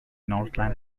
northland